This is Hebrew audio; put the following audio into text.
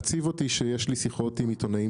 מעציב אותי שיש לי שיחות עם עיתונאים